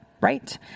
right